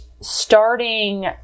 starting